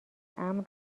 امن